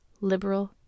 liberal